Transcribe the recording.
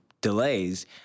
delays